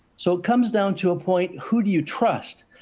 so it comes down to a point who do you trust?